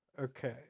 Okay